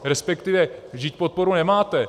Respektive, vždyť podporu nemáte.